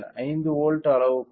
5 volt அளவு கூட